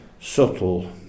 subtle